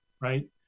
right